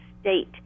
state